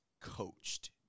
coached